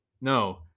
No